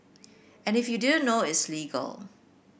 and if you didn't know it's legal